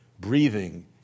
breathing